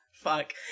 Fuck